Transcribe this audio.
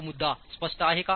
तो मुद्दा स्पष्ट आहे का